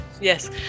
Yes